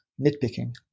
nitpicking